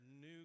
new